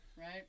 Right